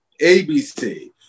ABC